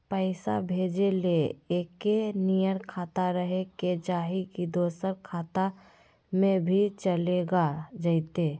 पैसा भेजे ले एके नियर खाता रहे के चाही की दोसर खाता में भी चलेगा जयते?